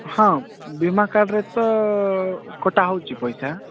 ହଁ ବୀମା କାର୍ଡ୍ରେ ତ କଟା ହେଉଛି ପଇସା